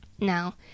Now